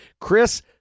Chris